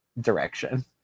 direction